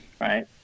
Right